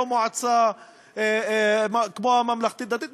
לא מועצה כמו של הממלכתי-דתי.